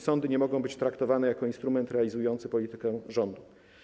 Sądy nie mogą być traktowane jako instrument realizujący politykę rządu.